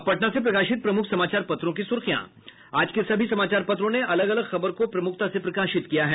अब पटना से प्रकाशित प्रमुख समाचार पत्रों की सुर्खियां आज के सभी समाचार पत्रों ने अलग अलग खबर को प्रमूखता से प्रकाशित किया है